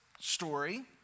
story